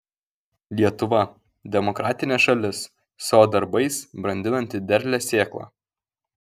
lietuva demokratinė šalis savo darbais brandinanti derlią sėklą